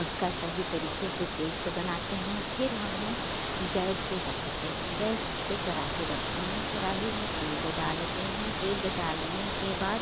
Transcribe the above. उसका सही तरीके से पेस्ट बनाते हैं फिर हम लोग गैस को जलाते है गैस पर कढ़ाई रखते हैं कढ़ाई में तेल डालते हैं तेल डालने के बाद